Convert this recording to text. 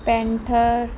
panther